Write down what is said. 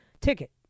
ticket